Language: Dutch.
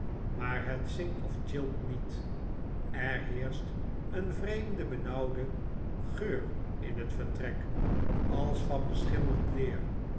maar het zingt of tjilpt niet er heerscht een vreemde benauwde geur in het vertrek als van beschimmeld leer